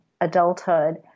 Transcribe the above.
adulthood